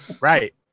Right